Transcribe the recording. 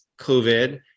COVID